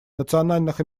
национальных